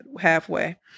halfway